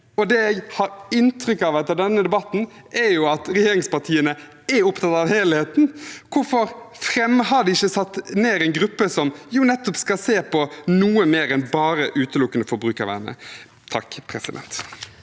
Det jeg har inntrykk av etter denne debatten, er at regjeringspartiene er opptatt av helheten. Hvorfor har de ikke satt ned en gruppe som nettopp skal se på noe mer enn bare utelukkende forbrukervernet? Presidenten